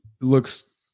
looks